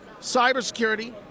Cybersecurity